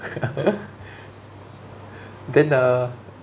then the